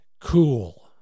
cool